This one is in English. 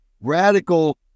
radical